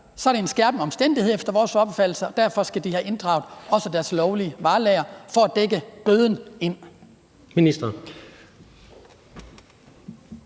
Så er det en skærpende omstændighed efter vores opfattelse, og derfor skal de have inddraget også deres lovlige varelager for at dække bøden ind.